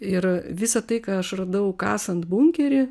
ir visa tai ką aš radau kasant bunkerį